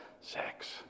sex